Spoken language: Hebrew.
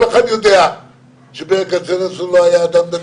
כל אחד יודע שברל כצנלסון לא היה אדם דתי,